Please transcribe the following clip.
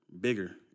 bigger